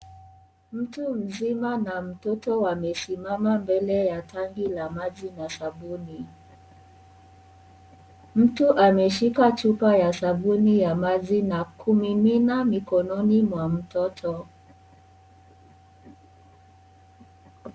Mtu mzima na mtoto wamesimama mbele ya tanki la maji na sabuni. Mtu ameshika chupa ya sabuni ya maji na kumimina mikononi mwa mtoto.